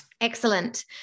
excellent